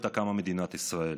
כליל, ולא הייתה קמה מדינת ישראל